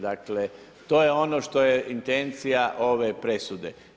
Dakle, to je ono što je intencija ove presude.